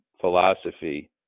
philosophy